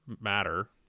matter